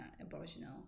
Aboriginal